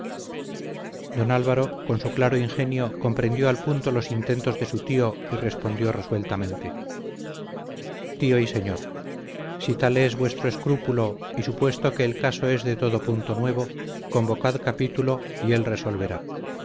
seno don álvaro con su claro ingenio comprendió al punto los intentos de su tío y respondió resueltamente tío y señor si tal es vuestro escrúpulo y supuesto que el caso es de todo punto nuevo convocad capítulo y él resolverá